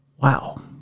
Wow